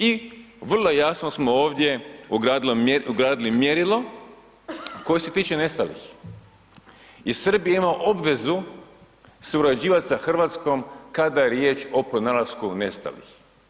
I vrlo jasno smo ovdje ugradili mjerilo koje se tiče nestalih i Srbija ima obvezu surađivat sa RH kada je riječ o pronalasku nestalih.